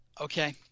okay